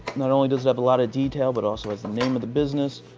not only does have a lot of detail, but also has the name of the business,